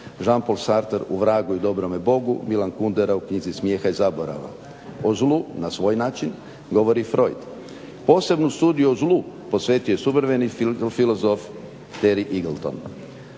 Jean-Paul Sartre u Vragu i dobrome Bogu, Milan Kundera u Knjizi smijeha i zaborava. O zlu na svoj način govori Freud. Posebno sudio zlu posvetio je suvremeni filozov Terry Eagleton.